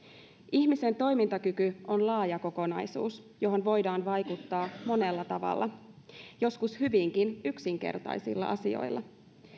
ihmisen toimintakyky on laaja kokonaisuus johon voidaan vaikuttaa monella tavalla joskus hyvinkin yksinkertaisilla asioilla